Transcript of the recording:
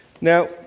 Now